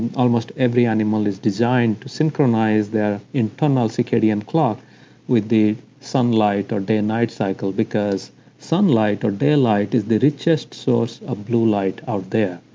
and almost every animal is designed to synchronize their internal circadian clock with the sunlight or day and night cycle because sunlight or daylight is the richest source of blue light out there,